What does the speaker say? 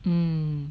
mm